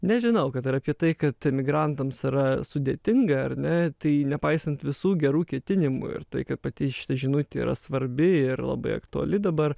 nežinau kad ir apie tai kad emigrantams yra sudėtinga ar ne tai nepaisant visų gerų ketinimų ir tai kad pati šita žinutė yra svarbi ir labai aktuali dabar